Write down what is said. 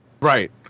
Right